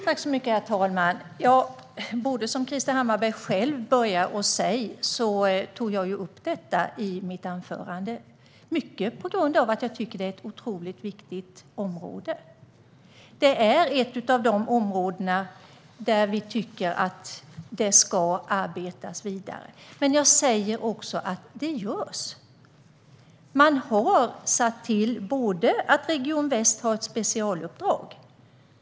Herr talman! Liksom Krister Hammarbergh själv börjar med att säga tog jag upp detta i mitt anförande, för jag tycker att det är ett otroligt viktigt område. Det är ett av de områden där vi tycker att det ska arbetas vidare. Men jag säger också att det redan görs. Region Väst har ett specialuppdrag.